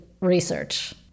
research